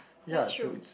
that's true